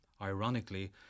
Ironically